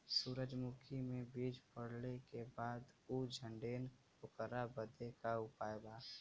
सुरजमुखी मे बीज पड़ले के बाद ऊ झंडेन ओकरा बदे का उपाय बा?